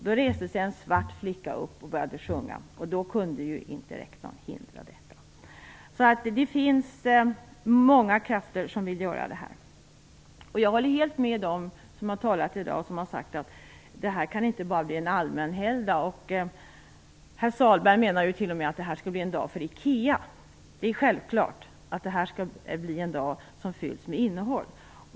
Då reste sig en svart flicka upp och började sjunga, och då kunde ju rektorn inte hindra det. Det finns alltså många krafter som står bakom den här tanken. Jag håller helt med dem som har sagt att det inte bara kan bli fråga om en allmän helgdag. Herr Sahlberg menar ju t.o.m. att den 6 juni skulle bli en dag för IKEA. Det är självklart att nationaldagen skall bli en dag som fylls med innehåll.